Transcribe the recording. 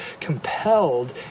compelled